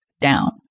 down